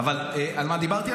על מה דיברתי?